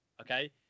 Okay